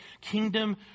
kingdom